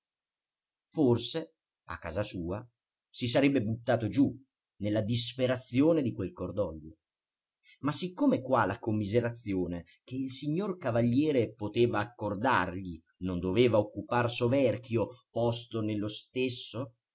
forse a casa sua si sarebbe buttato giù nella disperazione di quel cordoglio ma siccome qua la commiserazione che il signor cavaliere poteva accordargli non doveva occupar soverchio posto nello stesso